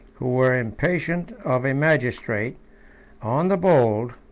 who were impatient of a magistrate on the bold,